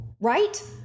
right